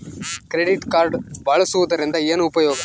Credit card ಬಳಸುವದರಿಂದ ಏನು ಉಪಯೋಗ?